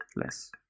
less